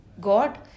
God